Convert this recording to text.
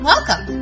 Welcome